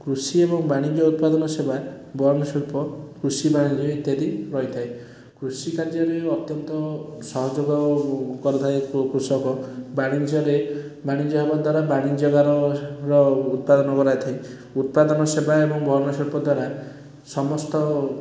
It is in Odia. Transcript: କୃଷି ଏବଂ ବାଣିଜ୍ୟ ଉତ୍ପାଦନ ସେବା ବୟନ ଶିଳ୍ପ କୃଷି ବାଣିଜ୍ୟ ଇତ୍ୟାଦି ରହିଥାଏ କୃଷି କାର୍ଯ୍ୟରେ ଅତ୍ୟନ୍ତ ସହଯୋଗ କରୁଥାଏ କୃଷକ ବାଣିଜ୍ୟରେ ବାଣିଜ୍ୟ ହେବା ଦ୍ୱାରା ବାଣିଜ୍ୟକାରର ଉତ୍ପାଦନ କରାହେଇଥାଏ ଉତ୍ପାଦନ ସେବା ଏବଂ ବୟନ ଶିଳ୍ପ ଦ୍ୱାରା ସମସ୍ତ